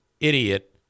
idiot